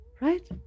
right